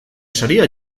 saria